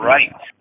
Right